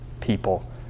people